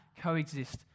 coexist